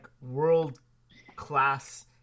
world-class